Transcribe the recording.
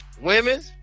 Women